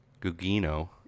Gugino